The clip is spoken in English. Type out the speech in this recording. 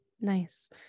Nice